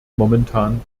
momentan